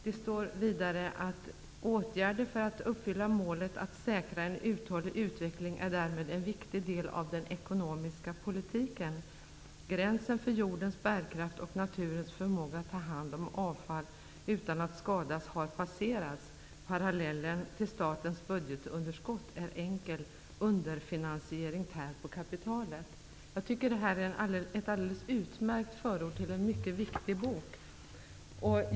Det står vidare att åtgärder för att uppfylla målet att säkra en uthållig utveckling därmed är en viktig del av den ekonomiska politiken. Gränsen för jordens bärkraft och naturens förmåga att ta hand om avfall utan att skada har passerats. Parallellen till statens budgetunderskott är enkel -- underfinansiering tär på kapitalet. Jag tycker att detta är ett alldeles utmärkt förord i en mycket viktig bok.